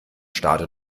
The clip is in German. starte